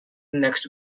next